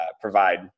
provide